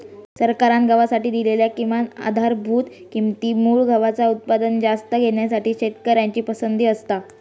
सरकारान गव्हासाठी दिलेल्या किमान आधारभूत किंमती मुळे गव्हाचा उत्पादन जास्त घेण्यासाठी शेतकऱ्यांची पसंती असता